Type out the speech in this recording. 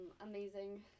amazing